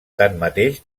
tanmateix